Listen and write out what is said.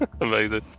Amazing